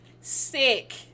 sick